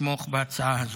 תתמוך בהצעה הזאת.